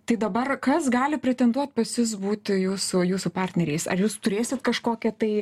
tai dabar kas gali pretenduot pas jus būti jūsų jūsų partneriais ar jūs turėsit kažkokią tai